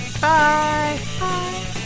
Bye